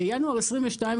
בינואר 22',